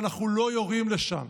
ואנחנו לא יורים לשם.